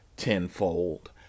tenfold